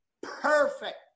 perfect